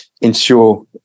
ensure